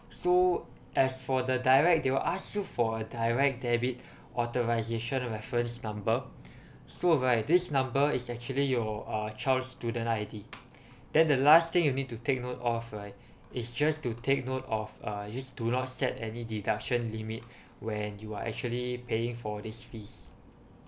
so as for the direct they will ask you for a direct debit authorization reference number so right this number is actually your uh child's student I_D then the last thing you need to take note of right it's just to take note of uh just do not set any deduction limit when you are actually paying for this fees